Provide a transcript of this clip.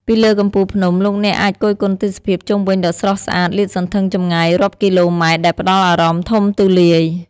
ពីលើកំពូលភ្នំ លោកអ្នកអាចគយគន់ទេសភាពជុំវិញដ៏ស្រស់ស្អាតលាតសន្ធឹងចម្ងាយរាប់គីឡូម៉ែត្រដែលផ្តល់អារម្មណ៍ធំទូលាយ។